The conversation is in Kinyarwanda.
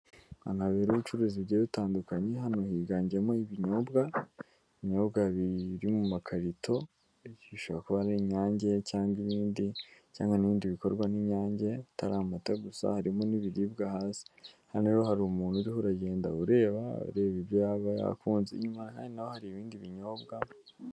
Ahantu habera ubucuruza bugiye butandukanye, hano higanjemo ibinyobwa, ibinyobwa biri mu makarito, bishobora kuba ari Inyange cyangwa ibindi cyangwa n'ibindi bikorwa n'Inyange, atari amata gusa harimo n'ibiribwa hasi, hano rero hari umuntu uriho uragenda ureba, ureba ibyo yaba yakunze, inyuma na ho hari ibindi binyobwa.